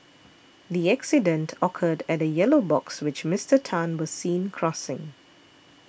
the accident occurred at a yellow box which Mister Tan was seen crossing